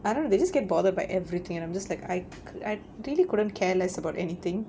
I don't know they just get bothered by everything and I'm just like I I really couldn't care less about anything